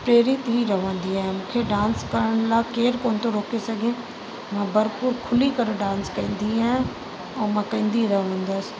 तहिड़ी थी रहंदी आहियां मूंखे डांस करण लाइ केर कोन थो रोके सघे हा बरखूर खुली करे डांस कंदी आहियां ऐं मां कंदी रहंदसि